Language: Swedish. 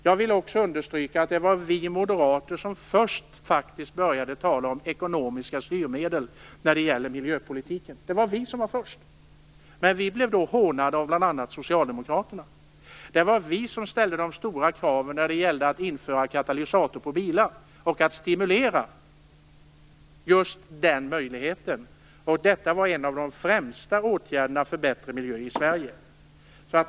Jag vill också understryka att det var vi moderater som först började tala om ekonomiska styrmedel när det gäller miljöpolitiken. Det var vi som var först. Men vi blev då hånade av bl.a. Socialdemokraterna. Det var vi som ställde de stora kraven när det gällde att införa katalysator på bilar och att stimulera just den möjligheten. Detta var en av de främsta åtgärderna för bättre miljö i Sverige.